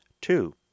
Two